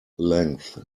length